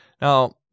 Now